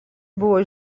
buvo